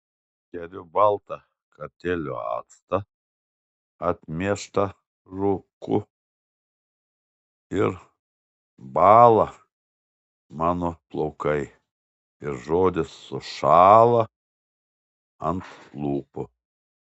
geriu baltą kartėlio actą atmieštą rūku ir bąla mano plaukai ir žodis sušąla ant lūpų